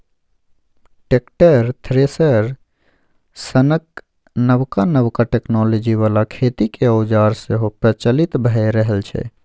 tractor, thresher सनक नबका नबका टेक्नोलॉजी बला खेतीक औजार सेहो प्रचलित भए रहल छै